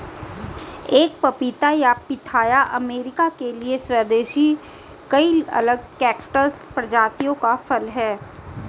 एक पपीता या पिथाया अमेरिका के लिए स्वदेशी कई अलग कैक्टस प्रजातियों का फल है